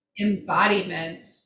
embodiment